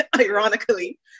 ironically